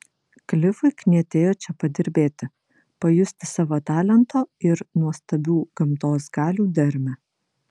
klifui knietėjo čia padirbėti pajusti savo talento ir nuostabių gamtos galių dermę